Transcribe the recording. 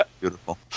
beautiful